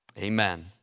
amen